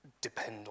depend